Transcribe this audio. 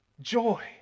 Joy